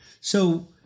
So-